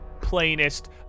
plainest